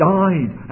died